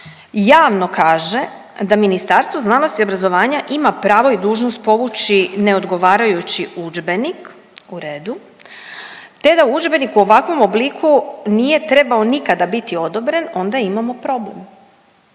javno kaže da Ministarstvo znanosti i obrazovanja ima pravo i dužnost povući neodgovarajući udžbenik, u redu, te da udžbenik u ovakvom obliku nije trebao nikada biti odobren onda imamo problem,